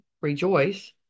rejoice